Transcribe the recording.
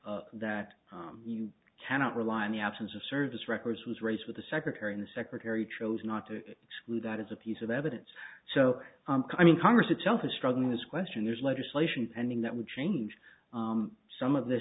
of that you cannot rely in the absence of service records was raised with the secretary and the secretary chose not to exclude that as a piece of evidence so i mean congress itself is struggling this question there's legislation pending that would change some of th